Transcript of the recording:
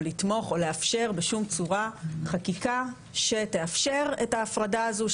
לתמוך או לאפשר בשום צורה חקיקה שתאפשר את ההפרדה הזו,